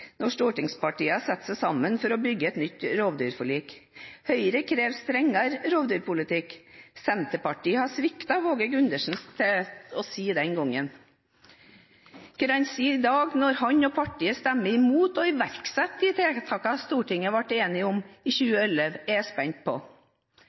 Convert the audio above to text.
når stortingspartiene setter seg sammen for å bygge et nytt rovdyrforlik. Høyre krever strengere rovdyrpolikk – Senterpartiet har sviktet, våget Gundersen seg til å si den gang. Hva han sier i dag, når han og partiet stemmer imot å iverksette de tiltakene Stortinget ble enige om i